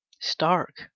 stark